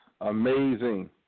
Amazing